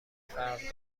فرق